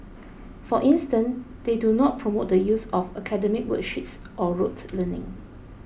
for instance they do not promote the use of academic worksheets or rote learning